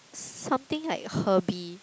s~ something like herby